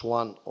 one